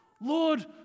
Lord